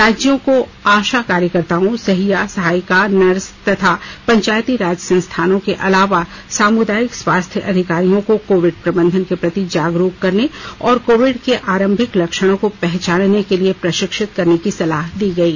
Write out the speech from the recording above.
राज्यों को आशा कार्यकर्ताओं सहिया सहायिका नर्स और पंचायती राज संस्थानों के अलावा सामुदायिक स्वास्थ्य अधिकारियों को कोविड प्रंबंधन के प्रति जागरूक करने और कोविड के आरंभिक लक्षणों को पहचानने के लिए प्रशिक्षित करने की सलाह दी गयी